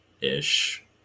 ish